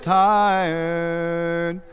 tired